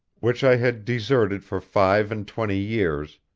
which i had deserted for five and twenty years,